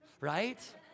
right